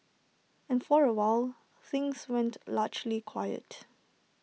and for awhile things went largely quiet